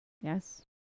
yes